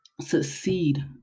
succeed